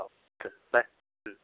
हो चल बाय